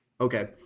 Okay